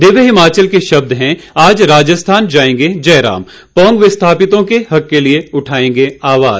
दिव्य हिमाचल के शब्द हैं आज राजस्थान जाएंगे जयराम पोंग विस्थापितों के हक के लिए उठाएंगे आवाज